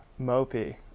mopey